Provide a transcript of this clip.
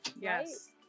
Yes